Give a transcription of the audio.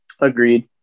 Agreed